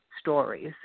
stories